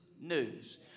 news